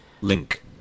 Link